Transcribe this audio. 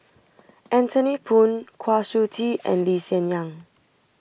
Anthony Poon Kwa Siew Tee and Lee Hsien Yang